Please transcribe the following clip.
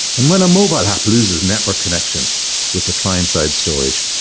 and when a mobile app loses network connection with the client-side storage,